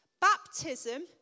Baptism